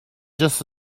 just